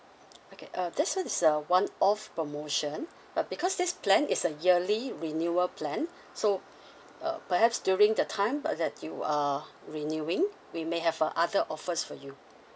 okay uh this one is a one off promotion but because this plan is a yearly renewal plan so uh perhaps during the time uh that you are renewing we may have uh other offers for you